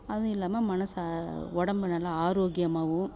அதுவும் இல்லாமல் மனதை உடம்ப நல்லா ஆரோக்கியமாகவும்